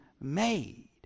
made